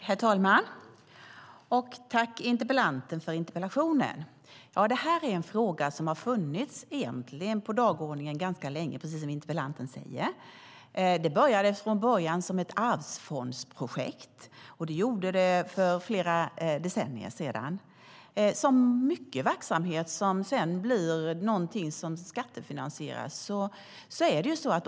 Herr talman! Tack, interpellanten, för interpellationen! Det här är en fråga som funnits ganska länge på dagordningen, precis som interpellanten säger. Det började som ett arvsfondsprojekt för flera decennier sedan. Det gäller mycket verksamhet som så småningom blir skattefinansierat.